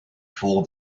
for